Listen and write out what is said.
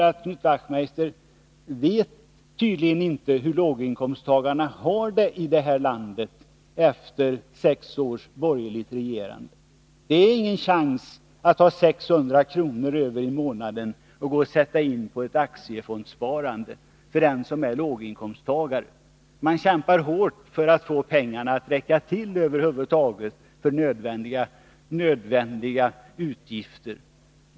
Knut Wachtmeister vet tydligen inte hur låginkomsttagarna har det i det här landet efter sex års borgerligt regerande. Jag kan försäkra att det finns ingen chans för den som är låginkomsttagare att få 600 kr. över i månaden att sätta in på ett aktiefondskonto. Man kämpar hårt för att få pengarna att över huvud taget räcka till för nödvändiga utgifter.